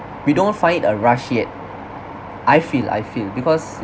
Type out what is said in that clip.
we don't find it a rush yet I feel I feel because